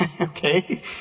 okay